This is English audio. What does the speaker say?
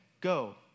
Go